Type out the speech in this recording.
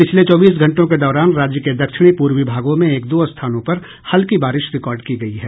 पिछले चौबीस घंटों के दौरान राज्य के दक्षिणी पूर्वी भागों में एक दो स्थानों पर हल्की बारिश रिकॉर्ड की गयी है